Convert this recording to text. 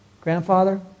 Grandfather